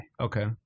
Okay